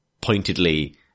pointedly